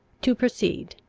to proceed.